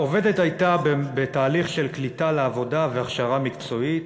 העובדת הייתה בתהליך של קליטה לעבודה והכשרה מקצועית.